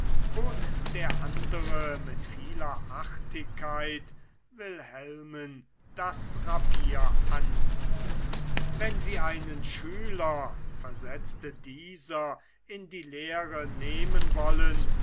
bot der andere mit vieler artigkeit wilhelm das papier an wenn sie einen schüler versetzte dieser in die lehre nehmen wollen